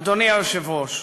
אדוני היושב-ראש,